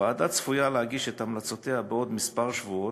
הוועדה צפויה להגיש את המלצותיה בעוד כמה שבועות,